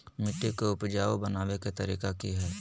मिट्टी के उपजाऊ बनबे के तरिका की हेय?